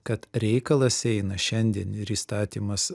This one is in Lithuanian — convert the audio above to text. kad reikalas eina šiandien ir įstatymas